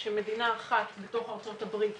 שמדינה אחת בתוך ארצות הברית